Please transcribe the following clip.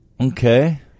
Okay